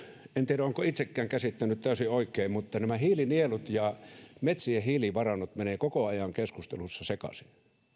en tiedä olenko itsekään käsittänyt täysin oikein mutta nämä hiilinielut ja metsien hiilivarannot menevät koko ajan keskustelussa sekaisin